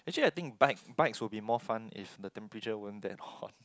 actually I think bike bikes would be more fun if the temperature weren't that hot